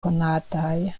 konataj